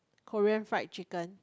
Korean fried chicken